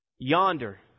Yonder